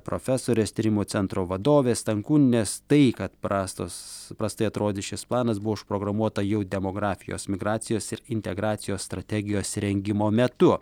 profesorės tyrimų centro vadovės stankūnienės tai kad prastos prastai atrodys šis planas buvo užprogramuota jau demografijos migracijos ir integracijos strategijos rengimo metu